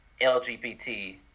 LGBT